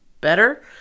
better